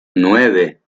nueve